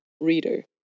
reader